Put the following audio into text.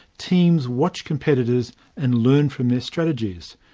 teams watch competitors and learn from their strategies.